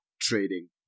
trading